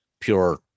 pure